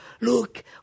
look